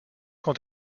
quand